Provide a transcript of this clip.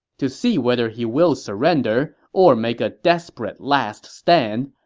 to see whether he will surrender or make a desperate last stand,